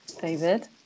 David